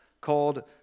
called